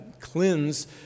cleanse